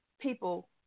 people